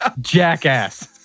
jackass